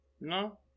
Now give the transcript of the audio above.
No